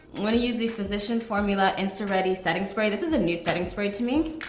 i'm gonna use the physician's formula insta ready setting spray. this is a new setting spray to me.